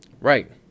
Right